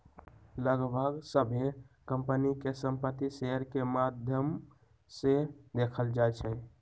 लगभग सभ्भे कम्पनी के संपत्ति शेयर के माद्धम से देखल जाई छई